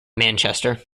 manchester